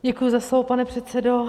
Děkuji za slovo, pane předsedo.